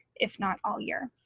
if not all year.